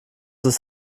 ist